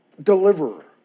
Deliverer